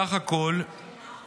בסך הכול,